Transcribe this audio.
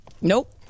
Nope